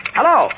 Hello